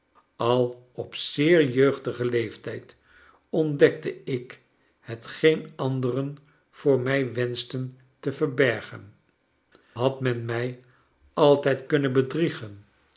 al op zeer jeugdigen leeftijd ontdekte ik hetgeen anderen voor mij wenschten te verbergen had men mij altijd kunnen bedriegen